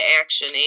action